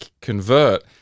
convert